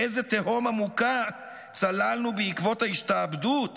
לאיזה תהום עמוקה צללנו בעקבות ההשתעבדות